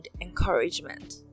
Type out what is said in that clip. encouragement